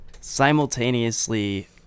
simultaneously